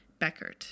Beckert